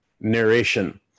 narration